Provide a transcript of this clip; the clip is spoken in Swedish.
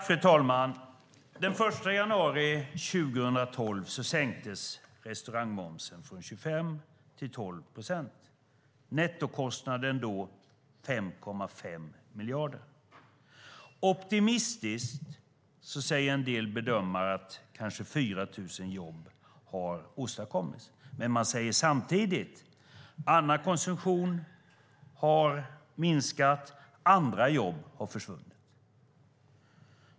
Fru talman! Den 1 januari 2012 sänktes restaurangmomsen från 25 till 12 procent. Nettokostnaden blev 5,5 miljarder. En del bedömare säger optimistiskt att kanske 4 000 jobb har åstadkommits. Men samtidigt säger man att annan konsumtion har minskat och att andra jobb har försvunnit.